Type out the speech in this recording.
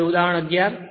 હવે ઉદાહરણ 11